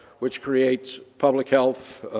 which creates public health